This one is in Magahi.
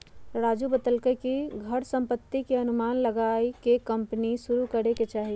राजू बतलकई कि घर संपत्ति के अनुमान लगाईये के कम्पनी शुरू करे के चाहि